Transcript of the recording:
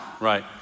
right